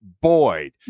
boyd